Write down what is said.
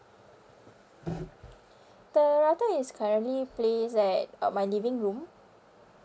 the router is currently placed at uh my living room